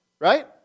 right